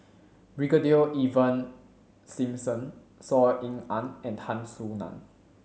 Brigadier Ivan Simson Saw Ean Ang and Tan Soo Nan